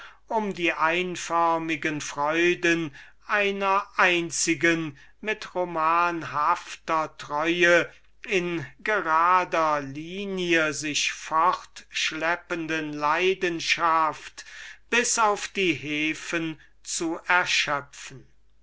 um die einförmigen freuden einer einzigen mit romanhafter treue in gerader linie sich fortschleppenden leidenschaft bis auf die hefen zu erschöpfen